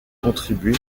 contribué